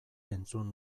entzun